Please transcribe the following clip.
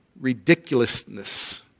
ridiculousness